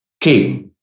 came